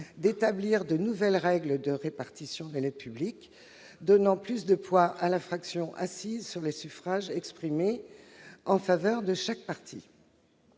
d'établir de nouvelles règles de répartition de l'aide publique donnant plus de poids à la fraction assise sur les suffrages exprimés en faveur de chaque parti.